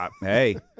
Hey